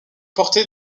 porté